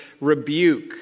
rebuke